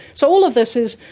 so all of this is.